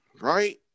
right